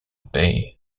bay